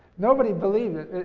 nobody believed it.